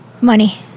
Money